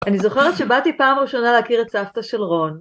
אני זוכרת שבאתי פעם ראשונה להכיר את סבתא של רון.